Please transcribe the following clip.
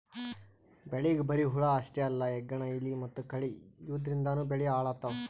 ಬೆಳಿಗ್ ಬರಿ ಹುಳ ಅಷ್ಟೇ ಅಲ್ಲ ಹೆಗ್ಗಣ, ಇಲಿ ಮತ್ತ್ ಕಳಿ ಇವದ್ರಿಂದನೂ ಬೆಳಿ ಹಾಳ್ ಆತವ್